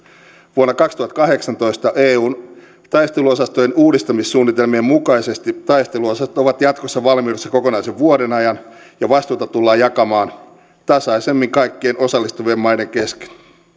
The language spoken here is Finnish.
vuodesta kaksituhattakahdeksantoista eun taisteluosastojen uudistamissuunnitelmien mukaisesti taisteluosastot ovat jatkossa valmiudessa kokonaisen vuoden ajan ja vastuuta tullaan jakamaan tasaisemmin kaikkien osallistuvien maiden kesken